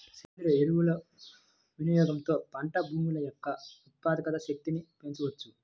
సేంద్రీయ ఎరువుల వినియోగంతో పంట భూముల యొక్క ఉత్పాదక శక్తిని పెంచవచ్చు